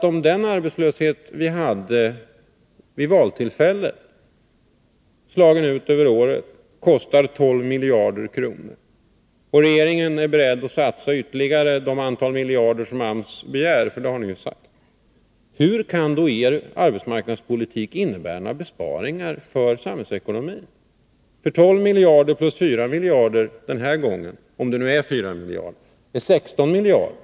Om den arbetslöshet vi hade vid valtillfället, utslagen över året, kostar 12 miljarder kronor och regeringen är beredd att satsa ytterligare det antal miljarder som AMS begär — det har ni sagt —, hur kan då er arbetsmarknadspolitik innebära några besparingar för samhällsekonomin? 12 miljarder plus 4 miljarder, den här gången — om det nu är 4 miljarder — blir 16 miljarder.